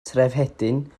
trefhedyn